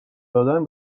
دادن